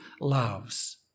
loves